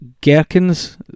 Gherkins